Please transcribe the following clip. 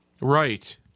right